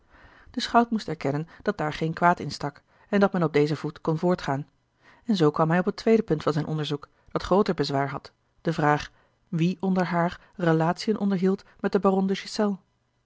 de schout moest erkennen dat daar geen kwaad in stak en dat men op dezen voet kon voortgaan en zoo kwam hij op het tweede punt van zijn onderzoek dat grooter bezwaar had de vraag wie onder haar relatiën onderhield met den